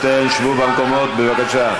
חבר הכנסת שטרן, שבו במקומות, בבקשה.